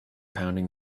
pounding